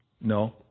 No